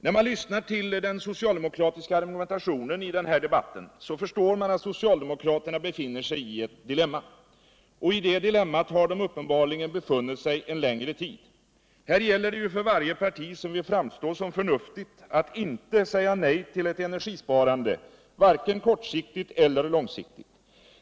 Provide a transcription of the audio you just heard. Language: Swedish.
När man lyssnar till den socialdemokratiska argumentationen i den här debatten förstår man att socialdemokraterna befinner sig i ett dilemma — och i det dilemmat har de uppenbarligen befunnit sig en längre tid. Här gälter det ju för varje parti som vill framstå som förnuftigt att inte säga nej till ett energisparande, varken kortsiktigt eller långsiktigt.